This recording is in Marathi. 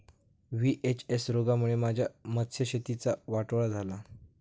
व्ही.एच.एस रोगामुळे माझ्या मत्स्यशेतीचा वाटोळा झाला